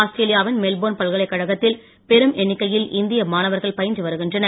Australia வின் Melbourne பல்கலைக்கழகத்தில் பெரும் எண்ணிக்கையில் இந்திய மாணவர்கள் பயின்று வருகின்றனர்